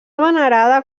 venerada